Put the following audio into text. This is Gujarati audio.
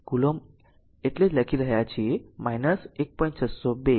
કૂલોમ્બ એટલે જ લખાણ લખી રહ્યા છે 1